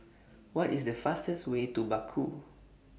What IS The fastest Way to Baku